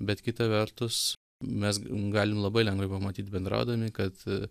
bet kita vertus mes galim labai lengvai pamatyt bendraudami kad